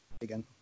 again